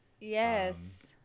Yes